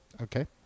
okay